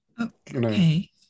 okay